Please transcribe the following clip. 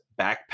backpack